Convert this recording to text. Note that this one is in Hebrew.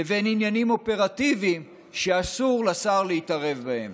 לבין עניינים אופרטיביים שאסור לשר להתערב בהם.